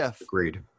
Agreed